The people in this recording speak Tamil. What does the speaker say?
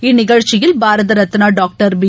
இந்நிகழ்ச்சியில் பாரதரத்னாடாக்டர் பி